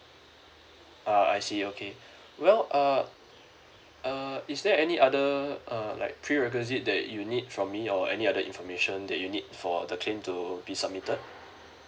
ah I see okay well err err is there any other uh like prerequisite that you need from me or any other information that you need for the claim to be submitted